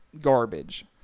garbage